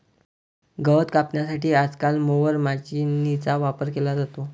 गवत कापण्यासाठी आजकाल मोवर माचीनीचा वापर केला जातो